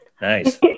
Nice